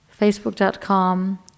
facebook.com